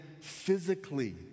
physically